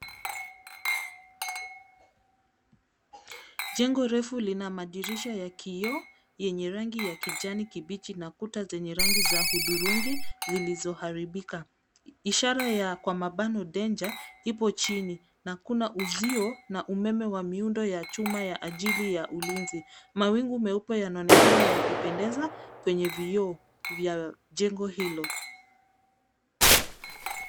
Jengo refu lina madirisha ya kioo yenye rangi ya kijani kibichi na kuta zenye rangi ya hudhurungi zilizoharibika. Ishara kwa mabano Danger ipo chini na kuna uzio wa umeme wa miundo ya chuma ya ajili ya ulinzi. Mawingu meupe yanaonekana yakipendeza kwenye vioo vya jengo hilo.